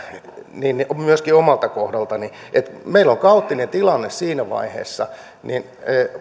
myöskin omalta kohdaltani kun meillä on kaoottinen tilanne siinä vaiheessa niin